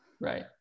Right